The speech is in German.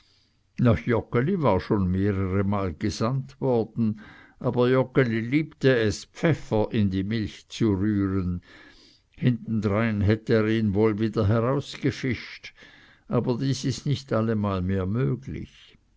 war schon mehreremal gesandt worden aber joggeli liebte es pfeffer in die milch zu rühren hintendrein hätte er ihn wohl wieder herausgefischt aber dies ist nicht allemal mehr möglich